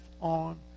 on